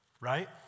right